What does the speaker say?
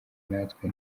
natwe